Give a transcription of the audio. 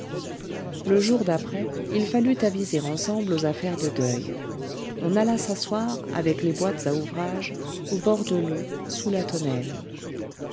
le jour d'après il fallut aviser ensemble aux affaires de deuil on alla s'asseoir avec les boîtes à ouvrage au bord de l'eau sous la tonnelle